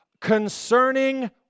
concerning